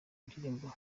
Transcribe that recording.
indirimbo